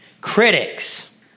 critics